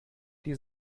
dir